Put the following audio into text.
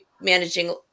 managing